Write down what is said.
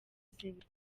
zimwe